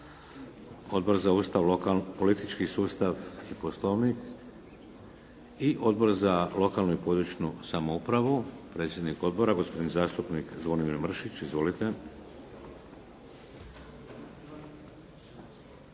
Odbor za politički sustav i poslovnik? I Odbor za lokalnu i područnu samoupravu? Predsjednik Odbora gospodin zastupnik Zvonimir Mršić. Izvolite.